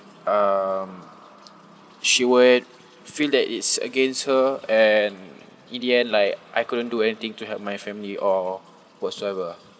um she would feel that it's against her and in the end like I couldn't do anything to help my family or whatsoever